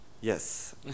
Yes